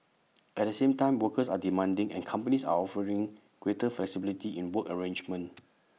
at the same time workers are demanding and companies are offering greater flexibility in work arrangements